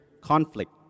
conflict